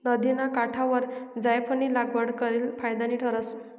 नदिना काठवर जायफयनी लागवड करेल फायदानी ठरस